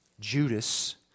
Judas